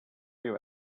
you